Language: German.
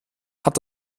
hat